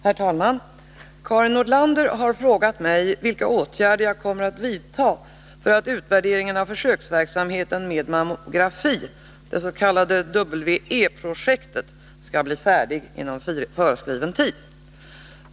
Herr talman! Karin Nordlander har frågat mig vilka åtgärder jag kommer att vidta för att utvärderingen av försöksverksamheten med mammografi skall bli färdig inom föreskriven tid.